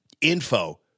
info